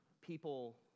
people